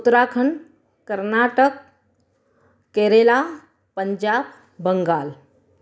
Uttarakhand Karnataka Kerala Punjab Bengal